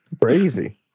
crazy